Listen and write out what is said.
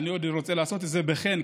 אני רוצה לעשות את זה בחן,